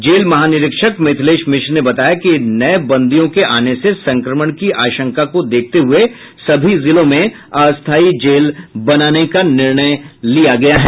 jail महानिरीक्षक मिथिलेश मिश्र ने बताया कि नए बंदियों के आने से संक्रमण की आशंका को देखते हुए सभी जिलों में अस्थाई जेल बनाने का निर्णय लिया गया है